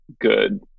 good